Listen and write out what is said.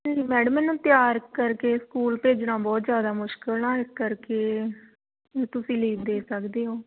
ਨਹੀਂ ਮੈਡਮ ਇਹਨੂੰ ਤਿਆਰ ਕਰਕੇ ਸਕੂਲ ਭੇਜਣਾ ਬਹੁਤ ਜ਼ਿਆਦਾ ਮੁਸ਼ਕਿਲ ਆ ਇਸ ਕਰਕੇ ਤੁਸੀਂ ਲੀਵ ਦੇ ਸਕਦੇ ਹੋ